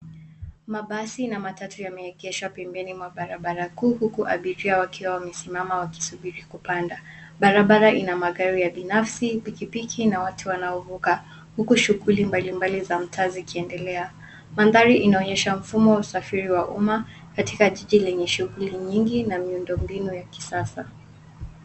Mabasi na matatu yameegeshwa pembeni mwa barabara kuu huku abiria wakiwa wamesimama wakisubiri kupanda. Barabara ina magari ya binafsi, pikipiki na watu wanao vuka, huku shuguli mbalimbali za mtaa zikiendelea. Mandhari inaonyesha mfumo wa usafiri wa umma katika jiji lenye shuguli nyingi na miundombinu ya kisasa.